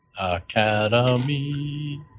Academy